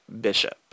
Bishop